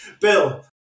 Bill